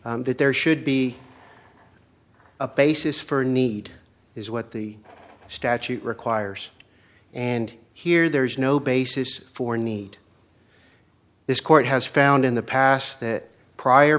that there should be a basis for a need is what the statute requires and here there is no basis for need this court has found in the past that prior